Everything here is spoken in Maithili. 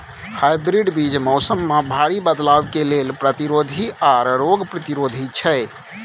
हाइब्रिड बीज मौसम में भारी बदलाव के लेल प्रतिरोधी आर रोग प्रतिरोधी छै